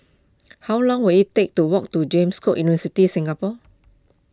how long will it take to walk to James Cook University Singapore